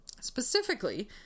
Specifically